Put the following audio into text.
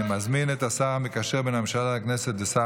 אני מזמין את השר המקשר בין הממשלה לכנסת ושר